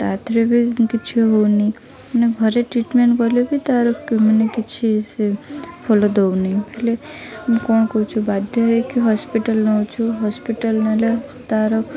ତାଧିରେ ବି କିଛି ହେଉନି ମାନେ ଘରେ ଟ୍ରିଟମେଣ୍ଟ କଲେ ବି ତା'ର ମାନେ କିଛି ସେ ଭଲ ଦେଉନି ହେଲେ କ'ଣ କହୁଛୁ ବାଧ୍ୟ ହେଇକି ହସ୍ପିଟାଲ ନେଉଛୁ ହସ୍ପିଟାଲ ନେଲେ ତା'ର